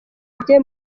rye